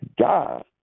God